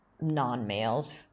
non-males